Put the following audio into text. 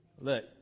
Look